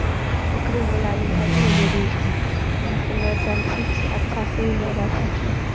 ओकरे बोलाय लेब अगिलो बेरीसँ हँ से लऽ छलथिन से अच्छासँ ओ लऽ जाइ छलखिन